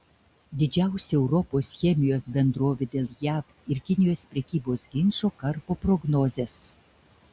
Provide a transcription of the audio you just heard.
didžiausia europos chemijos bendrovė dėl jav ir kinijos prekybos ginčo karpo prognozes